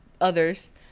others